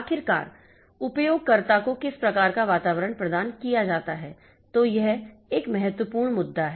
आखिरकार उपयोगकर्ता को किस प्रकार का वातावरण प्रदान किया जाता है तो यह एक महत्वपूर्ण मुद्दा है